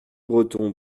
breton